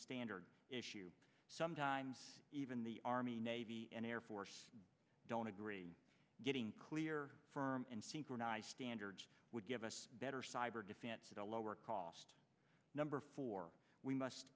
standard issue sometimes even the army navy and air force don't agree getting clear firm and synchronize standards would give us better cyber defense at a lower cost number four we must